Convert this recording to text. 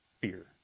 fear